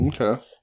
Okay